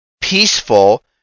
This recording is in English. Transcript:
peaceful